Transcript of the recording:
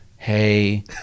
Hey